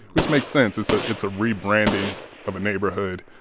which makes sense. it's so it's a rebranding of a neighborhood.